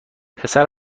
پسر